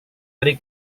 dari